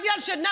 רק בגלל שנחמן,